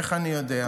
איך אני יודע?